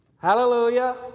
hallelujah